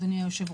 אדוני היושב-ראש,